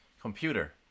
Computer